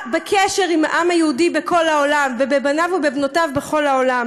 בקשר עם העם היהודי ובבניו ובבנותיו בכל העולם.